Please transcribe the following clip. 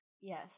Yes